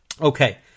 Okay